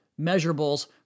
measurables